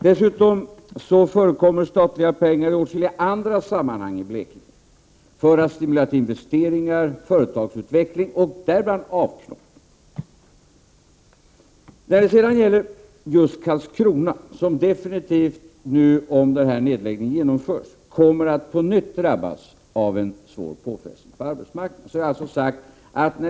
Dessutom vill jag framhålla att det förekommer statliga pengar i åtskilliga andra sammanhang i Blekinge för att stimulera till investeringar och företagsutveckling — däribland s.k. avknoppning. Om nedläggningen av Ericssons telefontillverkning genomförs, kommer Karlskrona alldeles säkert att på nytt drabbas av stora påfrestningar på arbetsmarknaden.